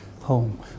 home